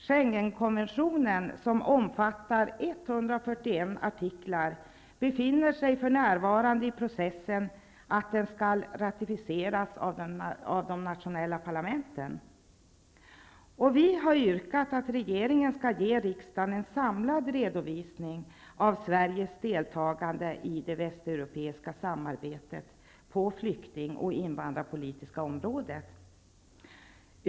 Schengenkonventionen som omfattar 141 artiklar skall för närvarande ratificeras av de nationella parlamenten. Vi har yrkat att regeringen skall ge riksdagen en samlad redovisning av Sveriges deltagande i det västeuropeiska samarbetet på det flykting och invandrarpolitiska området.